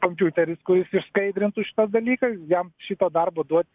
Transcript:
kompiuteris kuris išsiskaidrintų šitą dalyką jam šito darbo duot